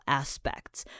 aspects，